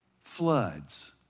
floods